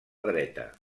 dreta